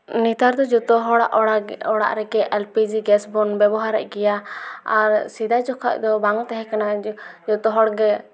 ᱱᱮᱛᱟᱨ ᱫᱚ ᱡᱚᱛᱚ ᱦᱚᱲᱟᱜ ᱚᱲᱟᱜᱽ ᱚᱲᱟᱜ ᱨᱮᱜᱮ ᱮᱞ ᱯᱤ ᱡᱤ ᱜᱮᱥ ᱵᱚᱱ ᱵᱮᱵᱚᱦᱟᱨᱮᱜ ᱜᱮᱭᱟ ᱟᱨ ᱥᱮᱫᱟᱭ ᱡᱚᱠᱷᱚᱡ ᱫᱚ ᱵᱟᱝ ᱛᱟᱦᱮ ᱠᱟᱱᱟ ᱡᱚᱛᱚ ᱦᱚᱲ ᱜᱮ